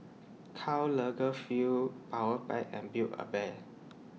Karl Lagerfeld Powerpac and Build A Bear